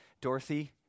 dorothy